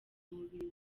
umubiri